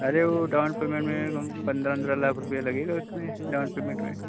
अरे वह down payment में कम पंद्रह वंद्रह लाख रुपया लगेगा उसमें डाउन पेमेंट में